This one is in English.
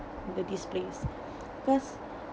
the displays first